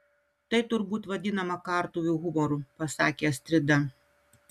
tai turbūt vadinama kartuvių humoru pasakė astrida